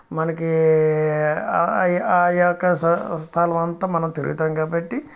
మనకు ఆ యొక్క స్థలం అంతా మనం తిరుగుతాం కాబట్టి